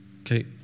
Okay